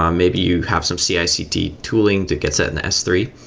um maybe you have some cicd tooling that gets that in s three.